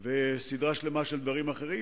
ובסדרה שלמה של דברים אחרים.